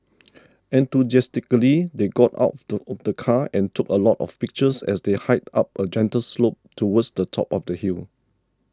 enthusiastically they got out of the car and took a lot of pictures as they hiked up a gentle slope towards the top of the hill